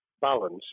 balance